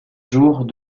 jours